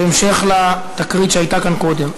בהמשך לתקרית שהייתה כאן קודם,